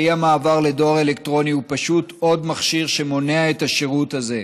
ואי-מעבר לדואר אלקטרוני הוא פשוט עוד מכשיר שמונע את השירות הזה,